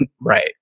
Right